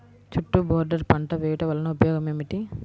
చుట్టూ బోర్డర్ పంట వేయుట వలన ఉపయోగం ఏమిటి?